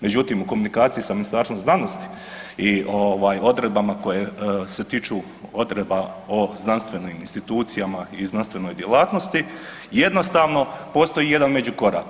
Međutim, u komunikaciji sa Ministarstvom znanosti i odredbama koje se tiču odredba o znanstvenim institucijama i znanstvenoj djelatnosti jednostavno postoji jedan međukorak.